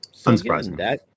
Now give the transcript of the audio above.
Unsurprising